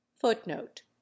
Footnote